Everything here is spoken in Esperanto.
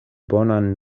bonan